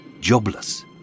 jobless